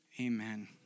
Amen